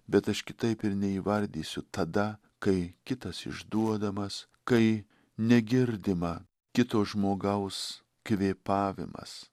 bet aš kitaip ir neįvardysiu tada kai kitas išduodamas kai negirdima kito žmogaus kvėpavimas